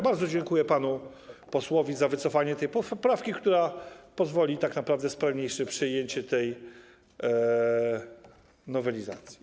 Bardzo dziękuję panu posłowi za wycofanie tej poprawki, co pozwoli tak naprawdę na sprawniejsze przyjęcie tej nowelizacji.